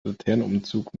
laternenumzug